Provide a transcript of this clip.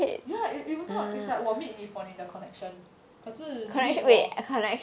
ya it it's like 我 meet 你 for 你的 connection 可是你 meet 我